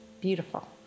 beautiful